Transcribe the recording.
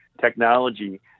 technology